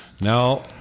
now